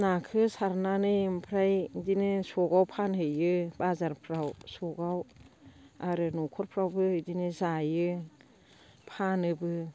नाखो सारनानै ओमफ्राय बिदिनो स'गाव फानहैयो बाजारफ्राव स'गाव आरो न'खरफ्रावबो बिदिनो जायो फानोबो